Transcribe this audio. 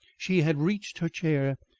she had reached her chair,